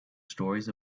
stories